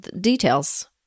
details